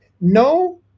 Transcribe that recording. No